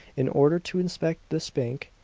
in order to inspect this bank,